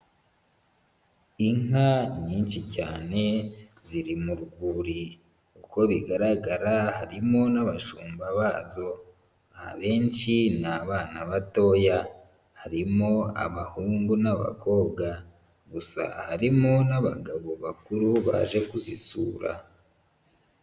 Inka nyinshi cyane ziri mu rwuri, uko bigaragara harimo n'abashumba bazo abenshi ni abana batoya, harimo abahungu n'abakobwa gusa harimo n'abagabo bakuru baje kuzisura.